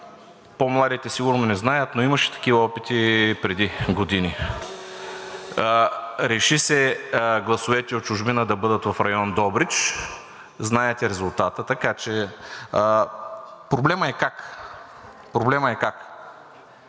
по-младите сигурно не знаят, но имаше такива опити преди години. Реши се гласовете от чужбина да бъдат в район Добрич. Знаете резултата, така че проблемът е как? Проблемът е как?